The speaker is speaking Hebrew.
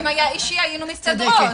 אם זה היה אישי היינו מסתדרות.